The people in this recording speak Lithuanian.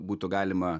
būtų galima